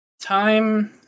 time